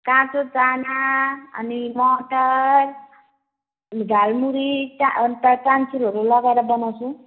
काँचो चना अनि मटर झालमुरी चा अन्त चनाचुरहरू लगाएर बनाउँछु